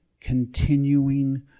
continuing